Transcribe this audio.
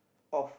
off